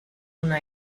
una